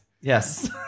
Yes